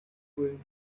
going